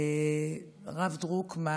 הרב דרוקמן